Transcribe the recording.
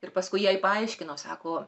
ir paskui jai paaiškino sako